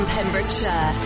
Pembrokeshire